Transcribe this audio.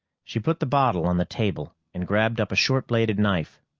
she put the bottle on the table and grabbed up a short-bladed knife.